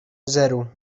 zero